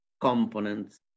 components